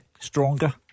stronger